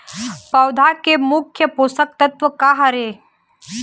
पौधा के मुख्य पोषकतत्व का हर हे?